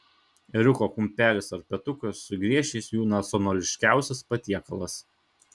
ėriuko kumpelis ar petukas su griežčiais jų nacionališkiausias patiekalas